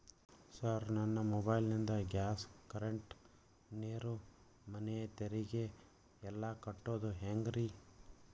Sir ನನ್ನ mobile ನಿಂದ gas, current, ನೇರು, ಮನೆ ತೆರಿಗೆ ಎಲ್ಲಾ ಕಟ್ಟೋದು ಹೆಂಗ್ರಿ?